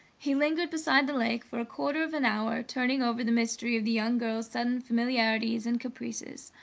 he lingered beside the lake for a quarter of an hour, turning over the mystery of the young girl's sudden familiarities and caprices.